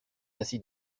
ainsi